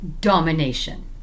domination